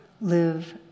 live